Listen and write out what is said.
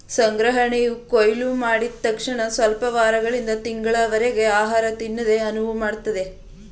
ಸಂಗ್ರಹಣೆಯು ಕೊಯ್ಲುಮಾಡಿದ್ ತಕ್ಷಣಸ್ವಲ್ಪ ವಾರಗಳಿಂದ ತಿಂಗಳುಗಳವರರ್ಗೆ ಆಹಾರನ ತಿನ್ನಕೆ ಅನುವುಮಾಡ್ತದೆ